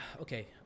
Okay